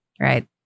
right